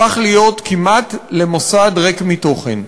הפך להיות כמעט מוסד ריק מתוכן.